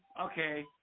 Okay